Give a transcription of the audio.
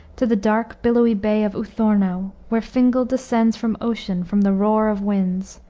to the dark billowy bay of u-thorno, where fingal descends from ocean, from the roar of winds.